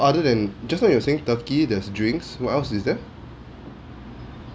other than just now you were saying turkey there's drinks what else is there